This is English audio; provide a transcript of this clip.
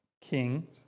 king